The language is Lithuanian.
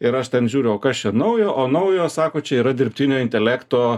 ir aš ten žiūriu o kas čia naujo o naujo sako čia yra dirbtinio intelekto